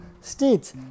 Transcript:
states